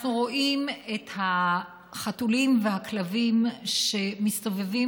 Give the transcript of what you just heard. אנחנו רואים את החתולים והכלבים שמסתובבים